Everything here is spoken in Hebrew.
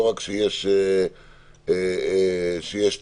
לא רק כשיש תלונות.